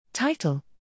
Title